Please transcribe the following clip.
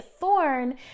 thorn